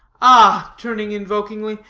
ah, turning invokingly,